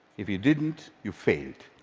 if you didn't, you failed.